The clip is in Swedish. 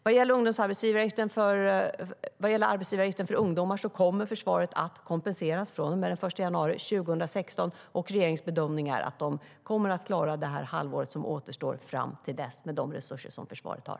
Vad gäller arbetsgivaravgiften för ungdomar kommer försvaret att kompenseras från och med den 1 januari 2016. Regeringens bedömning är att försvaret kommer att klara det halvår som återstår fram till dess med de resurser som det har.